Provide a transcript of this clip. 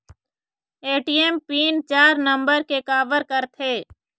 ATM pin चार number के काबर करथे?